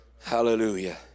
Hallelujah